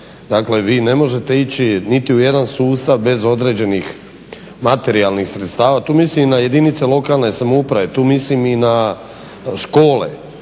Dakle, vi ne možete ići niti u jedan sustav bez određenih materijalnih sredstava. Tu mislim i na jedinice lokalne samouprave, tu mislim i na škole